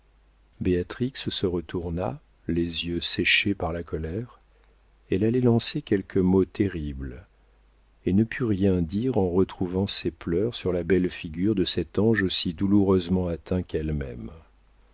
béatrix se retourna les yeux séchés par la colère elle allait lancer quelque mot terrible et ne put rien dire en retrouvant ses pleurs sur la belle figure de cet ange aussi douloureusement atteint qu'elle-même